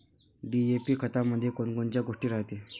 DAP खतामंदी कोनकोनच्या गोष्टी रायते?